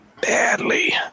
badly